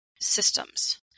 systems